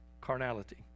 carnality